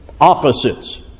opposites